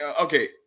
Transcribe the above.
okay